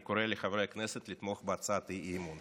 אני קורא לחברי הכנסת לתמוך בהצעת האי-אמון.